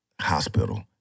hospital